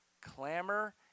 clamor